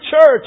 church